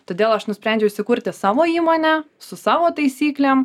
todėl aš nusprendžiau įsikurti savo įmonę su savo taisyklėm